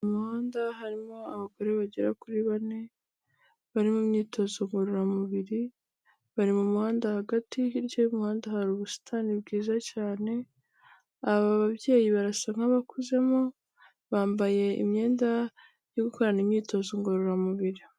Mu muhanda harimo abagore bagera kuri bane, bari mu myitozo ngororamubiri, bari mu muhanda hagati, hirya y'umuhanda hari ubusitani bwiza cyane, aba babyeyi barasa nk'abakuzemo, bambaye imyenda yo gukorana imyitozo ngororamubiri.